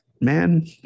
man